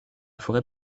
forêt